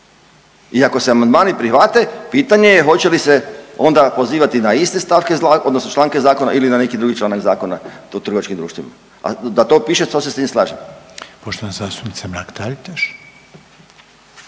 I ako se amandmani prihvate pitanje je hoće li se onda pozivati na iste stavke odnosno članke zakona odnosno na neki drugi članak Zakona o trgovačkim društvima. A da to piše to se s tim slažem. **Reiner, Željko